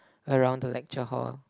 around the lecture hall